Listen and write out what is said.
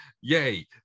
Yay